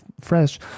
fresh